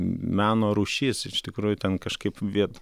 meno rūšis iš tikrųjų ten kažkaip vien